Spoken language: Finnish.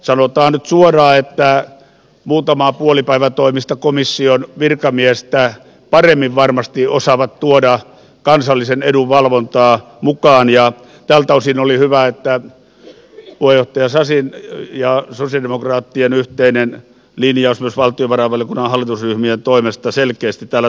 sanotaan nyt suoraan että muutamaa puolipäivätoimista komission virkamiestä paremmin varmasti osaavat tuoda kansallisen edun valvontaa mukaan ja tältä osin oli hyvä että puheenjohtaja sasin ja sosialidemokraattien yhteinen linjaus myös valtiovarainvaliokunnan hallitusryhmien toimesta selkeästi täällä todetaan